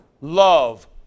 Love